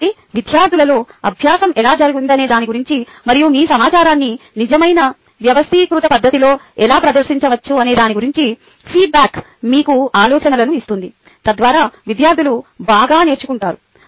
కాబట్టి విద్యార్థులలో అభ్యాసం ఎలా జరిగిందనే దాని గురించి మరియు మీ సమాచారాన్ని నిజమైన వ్యవస్థీకృత పద్ధతిలో ఎలా ప్రదర్శించవచ్చనే దాని గురించి ఫీడ్బ్యాక్ మీకు ఆలోచనలను ఇస్తుంది తద్వారా విద్యార్థులు బాగా నేర్చుకుంటారు